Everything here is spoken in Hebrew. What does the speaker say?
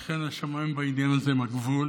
לכן, השמיים בעניין הזה הם הגבול,